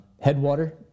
Headwater